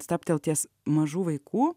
stabtelt ties mažų vaikų